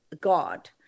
God